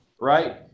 right